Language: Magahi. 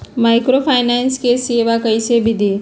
माइक्रोफाइनेंस के सेवा कइसे विधि?